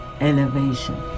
elevation